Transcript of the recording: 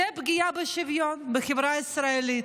זאת פגיעה בשוויון בחברה הישראלית.